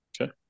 Okay